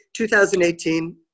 2018